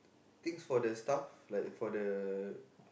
things for the stuff like for the